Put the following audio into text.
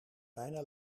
bijna